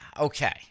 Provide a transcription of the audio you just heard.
okay